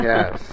Yes